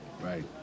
Right